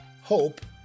Hope